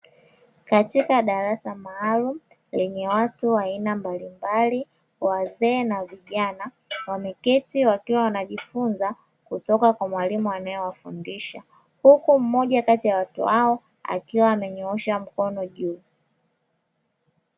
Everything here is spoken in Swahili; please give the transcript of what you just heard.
Katika darasa maalumu lenye watu mbalimbali wazee kwa vijana, wameketi huku mwalimu akiwa anawafundisha huku mmoja wa wanafunzi hao ameketi huku akinyoosha mkono juu.